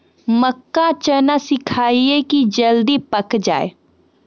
मक्का चना सिखाइए कि जल्दी पक की जय?